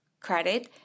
credit